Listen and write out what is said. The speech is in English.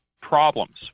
problems